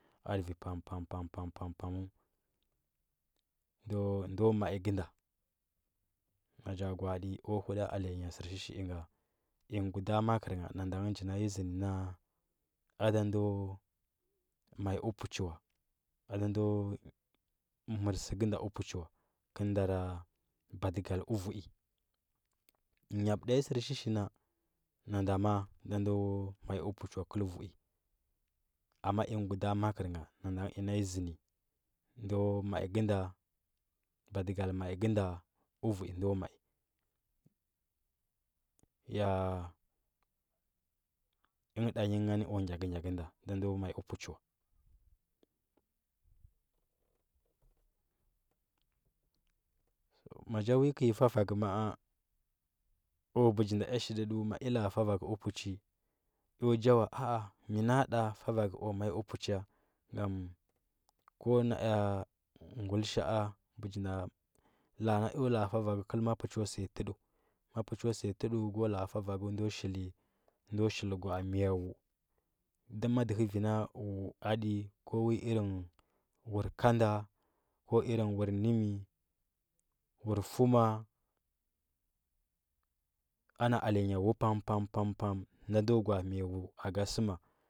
Adə vi pam pam pam pam ndo mai ngə nda nan ja gwadi o huda alenya sərshihsi inga ən guda makər ngd nji na nyi zdndi na ada ndo mai dpachi wa ada ndo mər sə ngə əpəchi wa kə l adara baliggal əuui nyab da nyi sərshishi na nan da da ndo mai puchii wa kəl vui amma ingə, guda makərə nga ina nyi zən di ndo mai ngə nda badigal mai ngə nda ə vui ndo mai ya əngə da nyi ngam o gyakə gyakə nda da ndo mai tpuchi wa ma ja wi kəi fufag ma. a o bəji nda ea shi dədəu ma ea la, a fafag opuschi eo jawa mə nan da fafag o mai əpuchi ngam ko nae a guilisha, a la. a na eo la, a fafagu kəl mma pushi səya tədzu ma puchi səya tədəu go lara fufaga ndo shilli ndo shili gwa, a miya uua dumma dəhə vi na uu adi ko irin wur kada ko irin nimi wur fuma ana alenya aeu pam pam pam nan do gwa’a miya uiu aga səma.